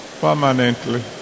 permanently